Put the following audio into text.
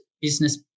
business